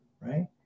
right